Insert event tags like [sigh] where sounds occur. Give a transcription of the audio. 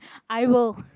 i will [laughs]